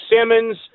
Simmons